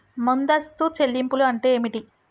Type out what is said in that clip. ముందస్తు చెల్లింపులు అంటే ఏమిటి?